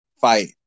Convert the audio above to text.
fight